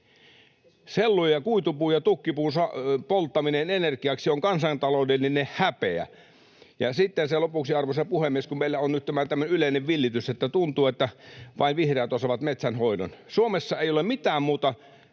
Sellu- ja kuitupuun ja tukkipuun polttaminen energiaksi on kansantaloudellinen häpeä. Ja sitten lopuksi, arvoisa puhemies: Kun meillä on nyt tämmöinen yleinen villitys, että tuntuu, että vain vihreät osaavat metsänhoidon, niin Suomessa ei ole mitään muuta